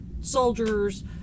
soldiers